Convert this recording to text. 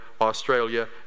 Australia